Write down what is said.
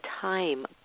time